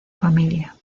familia